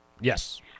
Yes